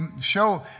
show